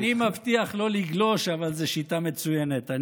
אני מבטיח לא לגלוש, אבל זו שיטה מצוינת.